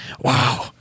wow